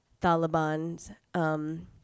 Taliban's